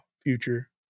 future